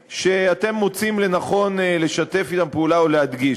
שבהם אתם מוצאים לנכון לשתף אתם פעולה או להדגיש.